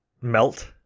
melt